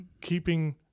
keeping